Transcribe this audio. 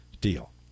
deal